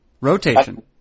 rotation